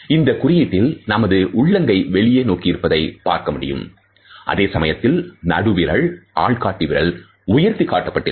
இந்தக் குறியீட்டில் நமது உள்ளங்கை வெளியே நோக்கி இருப்பதை பார்க்க முடியும் அதேசமயத்தில் நடுவிரலும் ஆள்காட்டி விரலும் உயர்த்தி காட்டப்பட்டிருக்கும்